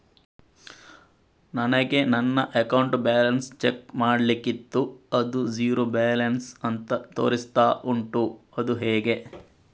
ನನಗೆ ನನ್ನ account balance check ಮಾಡ್ಲಿಕ್ಕಿತ್ತು ಅದು ಝೀರೋ ಬ್ಯಾಲೆನ್ಸ್ ಅಂತ ತೋರಿಸ್ತಾ ಉಂಟು ಅದು ಹೇಗೆ?